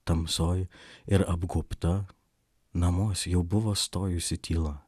tamsoj ir apgobta namuos jau buvo stojusi tyla